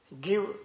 give